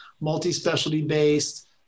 multi-specialty-based